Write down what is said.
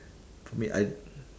for me I